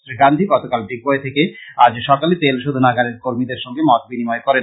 শ্রী গান্ধী গতকাল ডিগবয়ে থেকে আজ সকালে তেল শোধনাগারের কর্মীদের সংগে মত বিনিময় করেন